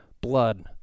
blood